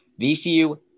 VCU